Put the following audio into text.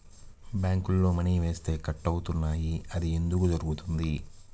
బ్యాంక్లో మని వేస్తే కట్ అవుతున్నాయి అది ఎందుకు జరుగుతోంది?